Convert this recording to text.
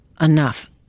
enough